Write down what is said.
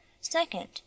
second